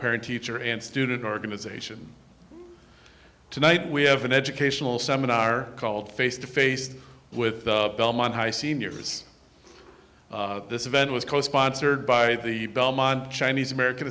parent teacher and student organization tonight we have an educational seminar called face to face with belmont high seniors this event was co sponsored by the belmont chinese american